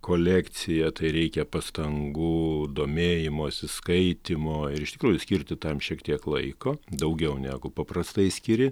kolekciją tai reikia pastangų domėjimosi skaitymo ir iš tikrųjų skirti tam šiek tiek laiko daugiau negu paprastai skiri